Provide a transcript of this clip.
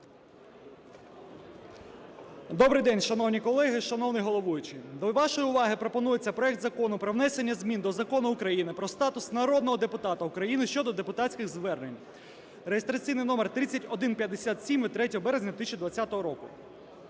Добрий день, шановні колеги, шановний головуючий! До вашої уваги пропонується проект Закону про внесення змін до Закону України "Про статус народного депутата України" (щодо депутатських звернень) (реєстраційний номер 3157) (від 3 березня 2020 року).